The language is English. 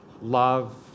love